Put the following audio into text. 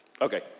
Okay